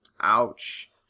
Ouch